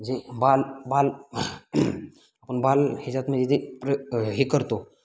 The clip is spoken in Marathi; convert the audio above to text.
जे बाल बाल आपण बाल ह्याच्यात म्हणजे जे प्र हे करतो